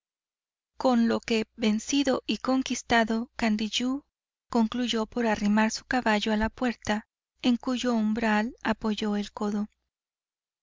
con lo que vencido y conquistado candiyú concluyó por arrimar su caballo a la puerta en cuyo umbral apoyó el codo